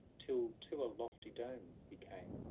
till to a lofty dome he came.